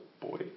Boy